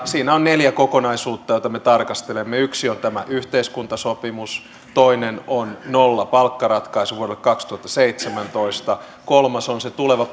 siinä on neljä kokonaisuutta joita me tarkastelemme yksi on tämä yhteiskuntasopimus toinen on nollapalkkaratkaisu vuodelle kaksituhattaseitsemäntoista kolmas on se tuleva